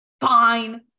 Fine